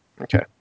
Okay